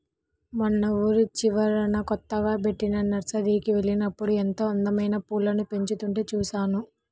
మొన్న ఊరి చివరన కొత్తగా బెట్టిన నర్సరీకి వెళ్ళినప్పుడు ఎంతో అందమైన పూలను పెంచుతుంటే చూశాను